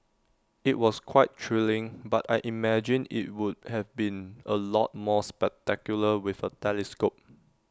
IT was quite thrilling but I imagine IT would have been A lot more spectacular with A telescope